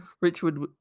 Richard